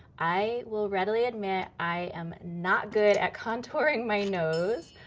i will readily admit, i am not good at contouring my nose.